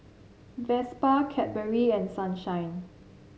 Vespa Cadbury and Sunshine